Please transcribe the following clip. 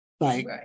Right